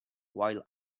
while